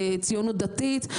ציונות דתית,